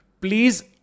please